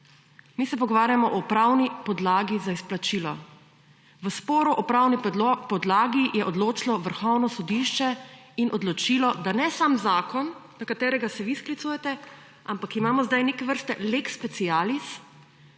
Mi se pogovarjamo o pravni podlagi za izplačilo. V sporu o pravni podlagi je odločilo Vrhovno sodišče in odločilo, da ne sam zakon, na katerega se vi sklicujete, ampak imamo zdaj neke vrste lex specialis,